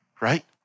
right